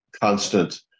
constant